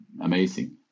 amazing